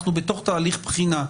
כי אנחנו בתוך תהליך בחינה.